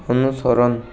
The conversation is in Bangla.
অনুসরণ